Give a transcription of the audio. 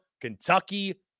Kentucky